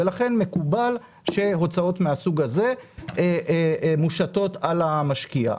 ולכן מקובל שהוצאות מהסוג הזה מושתות על המשקיע,